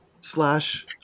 slash